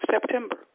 September